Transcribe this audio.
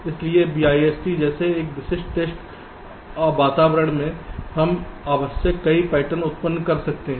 इसलिए BIST जैसे एक विशिष्ट टेस्ट वातावरण में हम आवश्यक कई पैटर्न उत्पन्न कर सकते हैं